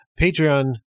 Patreon